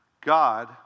God